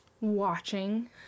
watching